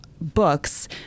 books